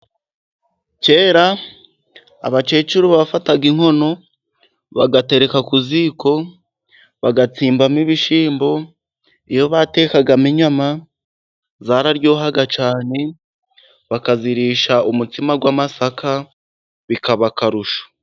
Kera abakecuru bafataga inkono, bagatereka ku ziko, bagatsimbamo ibishyimbo, iyo batekagamo inyama, zararyohaga cyane, bakazirisha umutsima w'amasaka, bikaba akarusho.